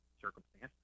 circumstance